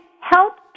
help